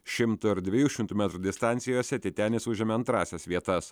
šimto ir dviejų šimtų metrų distancijose titenis užėmė antrąsias vietas